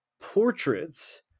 portraits